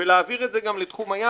ולהעביר את זה גם לתחום הים?